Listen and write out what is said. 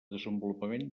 desenvolupament